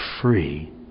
free